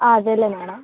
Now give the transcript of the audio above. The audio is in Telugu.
అదే మేడమ్